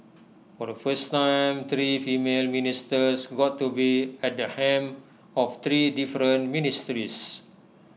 for the first time three female ministers got to be at the helm of three different ministries